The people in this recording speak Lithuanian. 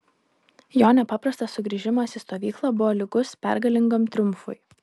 jo nepaprastas sugrįžimas į stovyklą buvo lygus pergalingam triumfui